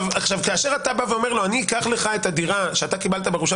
כאשר אתה אומר לו: אני אקח לך את הדירה שקיבלת ירושה